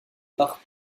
par